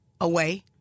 away